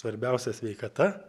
svarbiausia sveikata